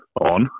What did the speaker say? on